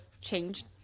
changed